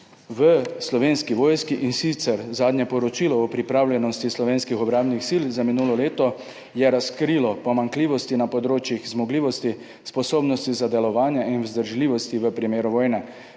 v Slovenski vojski, in sicer zadnje poročilo o pripravljenosti slovenskih obrambnih sil za minulo leto je razkrilo pomanjkljivosti na področjih zmogljivosti, sposobnosti za delovanje in vzdržljivosti v primeru vojne.